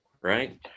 right